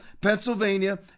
Pennsylvania